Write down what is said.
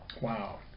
Wow